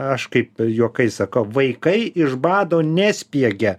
aš kaip juokais sakau vaikai iš bado nespiegia